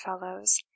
fellows